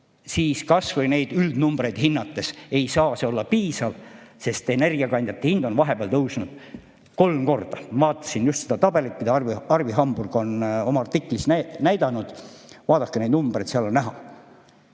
siis kasvõi neid üldnumbreid hinnates [võib öelda], et see ei saa olla piisav, sest energiakandjate hind on vahepeal tõusnud kolm korda. Ma vaatasin just seda tabelit, mille Arvi Hamburg oma artiklis on toonud. Vaadake neid numbreid, seal on näha.